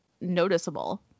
noticeable